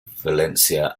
valencia